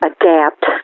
adapt